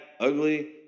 ugly